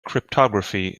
cryptography